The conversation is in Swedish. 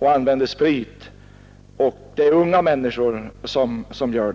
använder sprit. Det är unga människor som gör det.